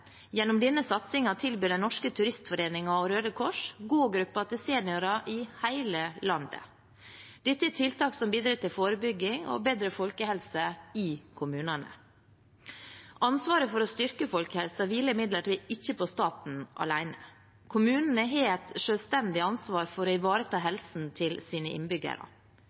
Gjennom denne satsingen tilbyr Den Norske Turistforening og Røde Kors gågrupper til seniorer i hele landet. Dette er tiltak som bidrar til forebygging og bedre folkehelse i kommunene. Ansvaret for å styrke folkehelsen hviler imidlertid ikke på staten alene. Kommunene har et selvstendig ansvar for å ivareta helsen til sine innbyggere.